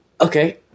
Okay